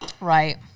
Right